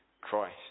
Christ